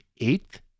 eighth